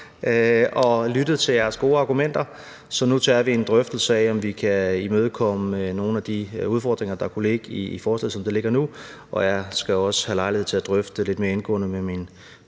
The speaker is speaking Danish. og lyttet til jeres gode argumenter. Så nu tager vi en drøftelse af, om vi kan imødekomme nogle af de udfordringer, der kunne ligge i forslaget, som det ligger nu. Jeg skal også have lejlighed til at drøfte det lidt mere indgående med min